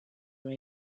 are